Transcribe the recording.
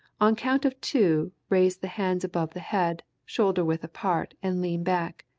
on count of two raise the hands above the head, shoulder-width apart and lean back.